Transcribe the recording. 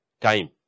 time